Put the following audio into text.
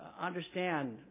understand